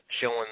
showing